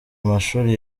amashuri